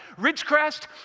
Ridgecrest